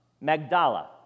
Magdala